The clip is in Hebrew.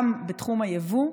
גם בתחום היבוא,